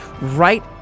right